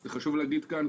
זה חשוב להגיד כאן.